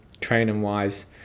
training-wise